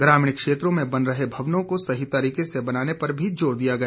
ग्रामीण क्षेत्रों में बन रहे भवनों को सही तरीके से बनाने पर भी जोर दिया गया